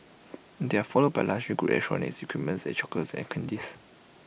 they are followed by luxury goods electronics equipments and chocolates and candies